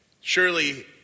Surely